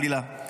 חלילה,